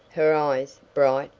her eyes, bright,